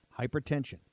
Hypertension